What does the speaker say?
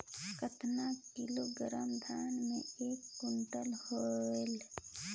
कतना किलोग्राम धान मे एक कुंटल होयल?